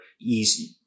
easy